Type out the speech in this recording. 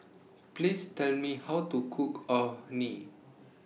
Please Tell Me How to Cook Orh Nee